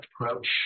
approach